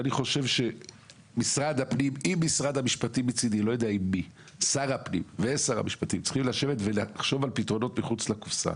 ואני חושב ששר הפנים ושר המשפטים צריכים לחשוב על פתרונות מחוץ לקופסה.